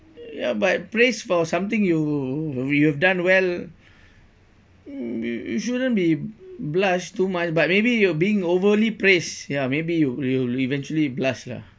ya but praise for something you you have done well you you shouldn't be blushed too much but maybe you're being overly praised ya maybe you you will eventually blush lah